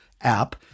app